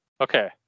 okay